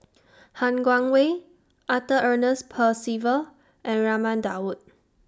Han Guangwei Arthur Ernest Percival and Raman Daud